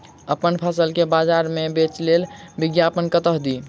अप्पन फसल केँ बजार मे बेच लेल विज्ञापन कतह दी?